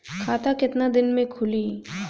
खाता कितना दिन में खुलि?